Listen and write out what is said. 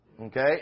okay